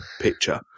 picture